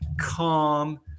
calm